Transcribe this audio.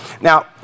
Now